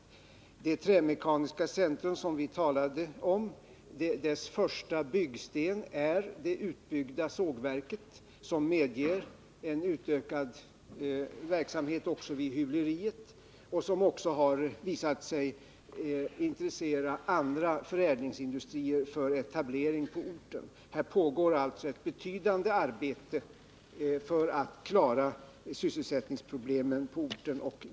Den första byggstenen i det trämekaniska centrum vi talade om är det utbyggda sågverket, som medger en utökad verksamhet också vid hyvleriet, vilket visat sig intressera andra förädlingsindustrier för etablering på orten. Här pågår alltså ett betydande arbete för att klara sysselsättningsproblemen på orten.